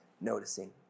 noticing